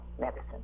medicine